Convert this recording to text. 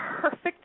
Perfect